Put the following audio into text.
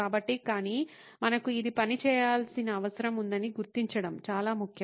కాబట్టి కానీ మనకు ఇది పని చేయాల్సిన అవసరం ఉందని గుర్తించడం చాలా ముఖ్యం